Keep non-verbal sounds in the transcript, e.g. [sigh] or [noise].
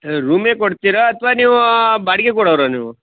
[unintelligible] ರೂಮೇ ಕೊಡ್ತೀರಾ ಅಥವಾ ನೀವು ಬಾಡಿಗೆ ಕೊಡೋವ್ರಾ ನೀವು